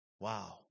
Wow